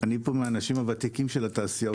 אני פה מהאנשים הוותיקים של התעשייה,